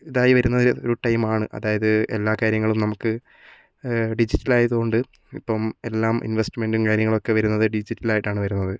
ഇതായി വരുന്നൊരു ഒരു ടൈമാണ് അതായത് എല്ലാ കാര്യങ്ങളും നമുക്ക് ഡിജിറ്റലായതുകൊണ്ട് ഇപ്പം എല്ലാം ഇൻവെസ്റ്റ്മെൻ്റും കാര്യങ്ങളൊക്കെ വരുന്നത് ഡിജിറ്റലായിട്ടാണ് വരുന്നത്